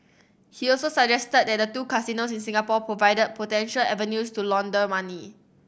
he also suggested that the two casinos in Singapore provide potential avenues to launder money